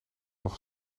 nog